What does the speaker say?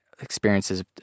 experiences